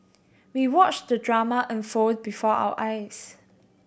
we watched the drama unfold before our eyes